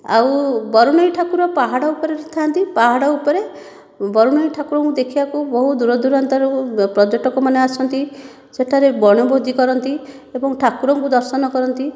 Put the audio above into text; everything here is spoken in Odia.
ଆଉ ବରୁଣେଇ ଠାକୁର ପାହାଡ଼ ଉପରେ ଥାଆନ୍ତି ପାହାଡ଼ ଉପରେ ବରୁଣେଇ ଠାକୁରଙ୍କୁ ଦେଖିବାକୁ ବହୁତ ଦୂର ଦୁରାନ୍ତରୁ ପର୍ଯ୍ୟଟକ ମାନେ ଆସନ୍ତି ସେଠାରେ ବଣ ଭୋଜି କରନ୍ତି ଏବଂ ଠାକୁରଙ୍କୁ ଦର୍ଶନ କରନ୍ତି